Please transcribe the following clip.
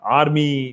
army